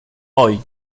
hoy